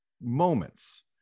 Moments